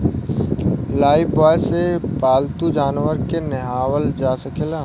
Lifebuoy से पाल्तू जानवर के नेहावल जा सकेला